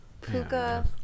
Puka